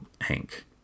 Hank